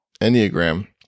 enneagram